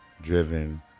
driven